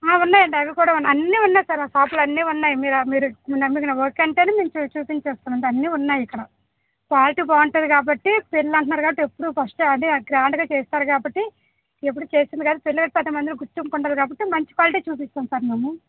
ఆ ఉన్నాయి అండి అవి కూడా ఉన్నాయి అన్ని ఉన్నాయి సార్ మా షాపులో అన్ని ఉన్నాయి మీరు మీరు ఓకే అంటేనే నేను చూ చూపించేస్తాను అండి అన్నీ ఉన్నాయి ఇక్కడ క్వాలిటీ బాగుంటుంది కాబట్టి పెళ్ళి అంటున్నారు కాబట్టి ఎప్పుడు ఫస్ట్ అదే గ్రాండ్గా చేస్తారు కాబట్టి ఎప్పుడూ చేసేది కాదు పెళ్లయ్యాక పది మందిలో గుర్తింపు ఉండాలి కాబట్టి మంచి క్వాలిటీ చూపిస్తాం సార్ మేము